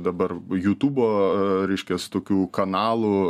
dabar jutubo reiškias tokių kanalų